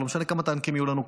לא משנה כמה טנקים יהיו לנו,